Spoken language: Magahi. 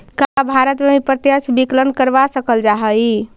का भारत में भी प्रत्यक्ष विकलन करवा सकल जा हई?